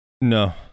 No